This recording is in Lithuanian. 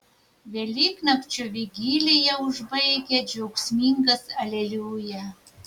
velyknakčio vigiliją užbaigia džiaugsmingas aleliuja